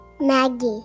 Maggie